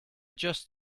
just